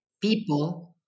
people